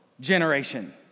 generation